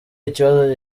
ikibazo